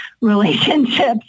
relationships